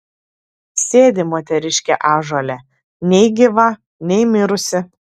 sėdi moteriškė ąžuole nei gyva nei mirusi